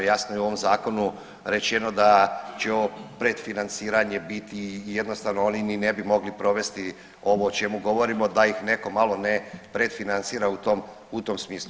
Jasno je u ovom zakonu rečeno da će ovo predfinanciranje biti i jednostavno oni ni ne bi mogli provesti ovo o čemu govorimo da ih neko malo ne predfinancira u tom u tom smislu.